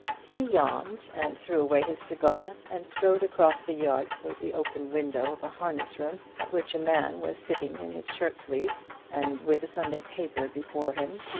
he yawned and threw away his cigar, and strode across the yard towards the open window of a harness-room, at which a man was sitting in his shirt-sleeves, and with a sunday paper before him.